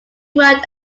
worked